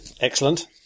Excellent